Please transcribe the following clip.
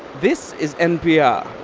this is npr.